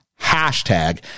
Hashtag